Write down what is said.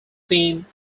seen